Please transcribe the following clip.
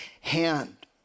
hand